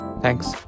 Thanks